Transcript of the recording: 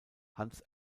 hans